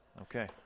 Okay